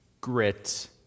grit